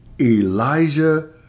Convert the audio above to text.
Elijah